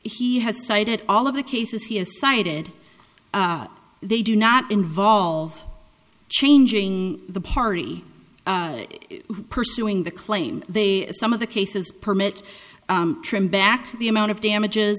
he has cited all of the cases he has cited they do not involve changing the party pursuing the claim they some of the cases permit trim back the amount of damages